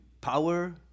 power